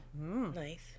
nice